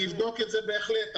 אבדוק את זה בהחלט,